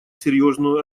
серьезную